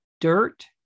dirt